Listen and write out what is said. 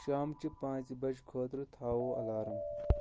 شامچہِ پانٛژِ بجہِ خٲطرٕ تھاو الارام